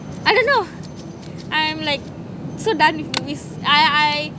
I don't know I'm like so done with this I I